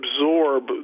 absorb